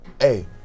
Hey